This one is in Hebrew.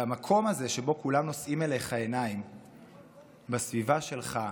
והמקום הזה, כולם נושאים אליך עיניים בסביבה שלך,